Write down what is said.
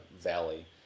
valley